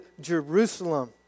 Jerusalem